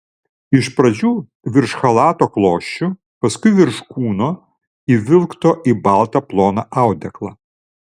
iš pradžių virš chalato klosčių paskui virš kūno įvilkto į baltą ploną audeklą